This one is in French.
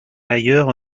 ailleurs